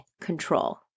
control